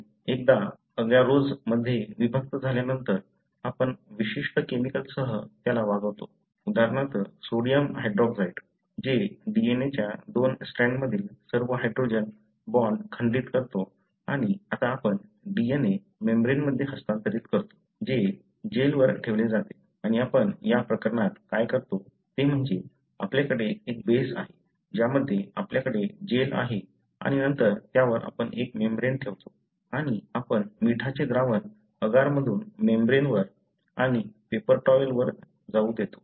म्हणून एकदा एगरोसमध्ये विभक्त झाल्यानंतर आपण विशिष्ट केमिकलसह त्याला वागवतो उदाहरणार्थ सोडियम हायड्रॉक्साइड जे DNA च्या दोन स्ट्रॅन्डमधील सर्व हायड्रोजन बॉण्ड खंडित करतो आणि आता आपण DNA मेम्ब्रेनमध्ये हस्तांतरित करतो जे जेलवर ठेवले जाते आणि आपण या प्रकरणात काय करतो ते म्हणजे आपल्याकडे एक बेस आहे ज्यामध्ये आपल्याकडे जेल आहे आणि नंतर त्यावर आपण एक मेम्ब्रेन ठेवतो आणि आपण मिठाचे द्रावण अगार मधून मेम्ब्रेनवर आणि पेपर टॉवेल वर जाऊ देतो